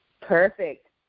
perfect